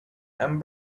and